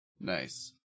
nice